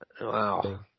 Wow